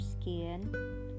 skin